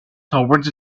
toward